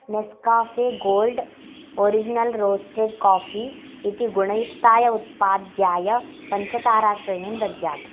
Nescafe gold original roasted coffee इति गुणयुक्ताय उत्पाद्याय पञ्चताराश्रेणीं दद्यात्